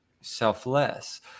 selfless